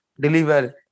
deliver